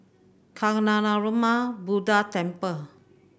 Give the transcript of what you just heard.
Kancanarama Buddha Temple